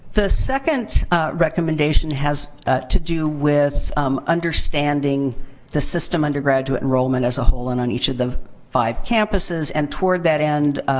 the second recommendation has to do with understanding the system undergraduate enrollment as a whole and on each of the five campuses. and, toward that end,